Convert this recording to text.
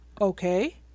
Okay